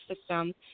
system